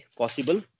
possible